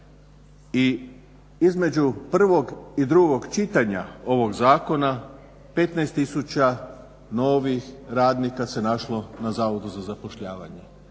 i između prvog i drugog čitanja ovog zakona 15 tisuća novih radnika se našlo na Zavodu za zapošljavanje.